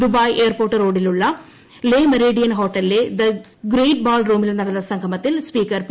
Dubai airport റോഡിലുള്ള Le Meridien ഹോട്ടലിലെ the great ball റൂമിൽ നടന്ന സംഗമത്തിൽ സ്പീക്കർ പി